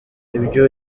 ibyo